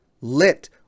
lit